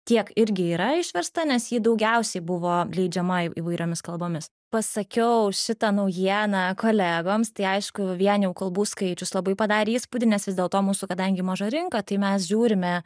tiek irgi yra išversta nes ji daugiausiai buvo leidžiama įvairiomis kalbomis pasakiau šitą naujieną kolegoms tai aišku vien jau kalbų skaičius labai padarė įspūdį nes vis dėlto mūsų kadangi maža rinka tai mes žiūrime